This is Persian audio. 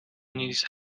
نیز